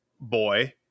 boy